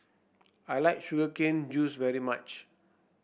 I like Sugar Cane Juice very much